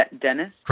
Dennis